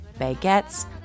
baguettes